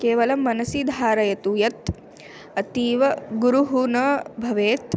केवलं मनसि धारयितुं यत् अतीव गुरुः न भवेत्